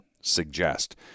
suggest